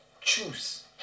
Choose